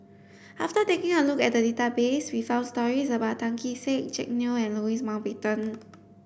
after taking a look at the database we found stories about Tan Kee Sek Jack Neo and Louis Mountbatten